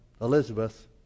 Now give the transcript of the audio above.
Elizabeth